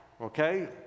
okay